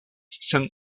sen